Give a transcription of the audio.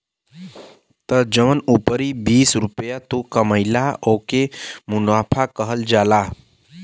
त जौन उपरी बीस रुपइया तू कमइला ओके मुनाफा कहल जाला